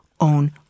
own